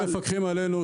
הם מפקחים עלינו.